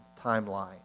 timeline